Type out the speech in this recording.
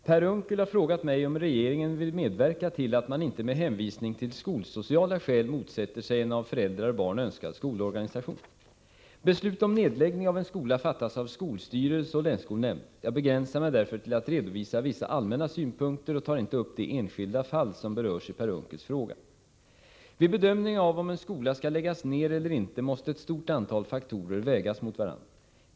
Herr talman! Per Unckel har frågat mig om regeringen vill medverka till att man inte med hänvisning till skolsociala skäl motsätter sig en av föräldrar och barn önskad skolorganisation. Beslut om nedläggning av en skola fattas av skolstyrelse och länsskolnämnd. Jag begränsar mig därför till att redovisa vissa allmänna synpunkter och tar inte upp det enskilda fall som berörs i Per Unckels fråga. Vid bedömning av om en skola skall läggas ned eller inte måste ett stort antal faktorer vägas mot varandra.